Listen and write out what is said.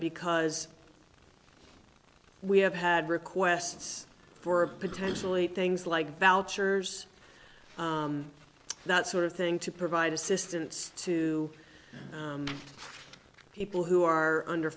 because we have had requests for potentially things like vouchers that sort of thing to provide assistance to people who are under